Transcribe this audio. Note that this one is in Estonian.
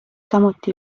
samuti